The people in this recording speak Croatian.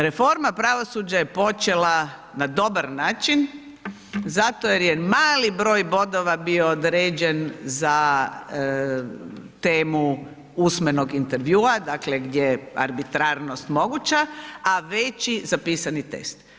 Reforma pravosuđa je počela na dobar način zato jer je mali broj bodova bio određen za temu usmenog intervjua, dakle gdje je arbitrarnost moguća, a veći za pisani test.